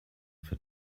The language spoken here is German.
für